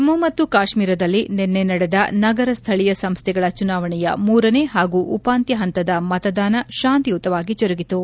ಜಮ್ಮು ಮತ್ತು ಕಾಶ್ಮೀರದಲ್ಲಿ ನಿನ್ನೆ ನಡೆದ ನಗರ ಸ್ಥಳೀಯ ಸಂಸ್ಥೆಗಳ ಚುನಾವಣೆಯ ಮೂರನೇ ಪಾಗೂ ಉಪಾಂತ್ಯ ಪಂತದ ಮತದಾನ ಶಾಂತಿಯುತವಾಗಿ ಜರುಗಿತು